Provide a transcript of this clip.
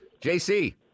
jc